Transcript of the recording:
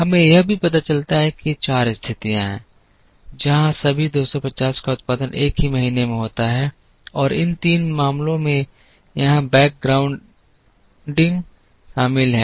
हमें यह भी पता चलता है कि ये चार स्थितियाँ हैं जहाँ सभी 250 का उत्पादन एक ही महीने में होता है और इन तीनों मामलों में यहाँ से बैकग्राउंडिंग शामिल है